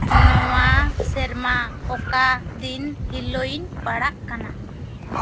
ᱱᱚᱣᱟ ᱥᱮᱨᱢᱟ ᱚᱠᱟ ᱫᱤᱱ ᱦᱤᱞᱚᱜ ᱤᱧ ᱯᱟᱲᱟᱜ ᱠᱟᱱᱟ